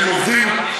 הם עובדים,